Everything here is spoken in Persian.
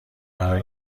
قرار